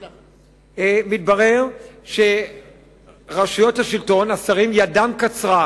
מתברר שרשויות השלטון, השרים, ידם קצרה.